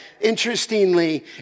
interestingly